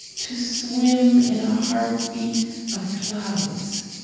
to swim in a heartbeat of clouds.